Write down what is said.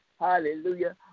hallelujah